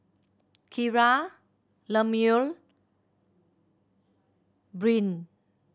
Kira Lemuel Brynn